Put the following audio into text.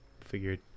figured